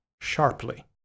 sharply